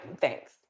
thanks